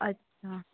اچھا